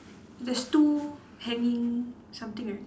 there's two hanging something right